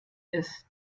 ist